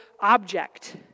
object